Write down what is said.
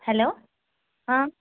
hello ആ